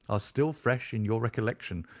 are still fresh in your recollection.